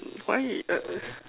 mm why